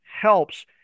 helps